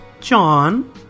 John